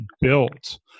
built